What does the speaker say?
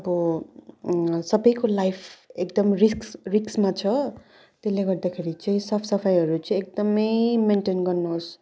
आबो सबैको लाइफ एकदम रिक्स रिक्समा छ त्यसले गर्दाखेरि चाहिँ साफ सफाइहरू चाहिँ एकदमै मेन्टन गर्नुहोस्